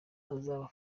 azaba